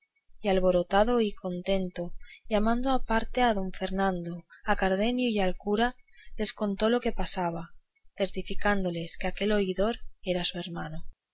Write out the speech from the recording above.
y alborotado y contento llamando aparte a don fernando a cardenio y al cura les contó lo que pasaba certificándoles que aquel oidor era su hermano